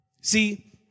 See